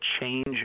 change